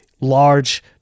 large